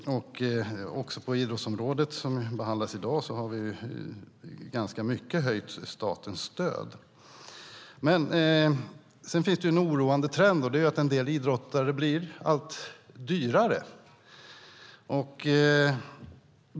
Också på idrottsområdet som behandlas i dag har vi höjt statens stöd ganska mycket. Sedan finns det en oroande trend, och den är att en del idrotter blir allt dyrare.